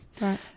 Right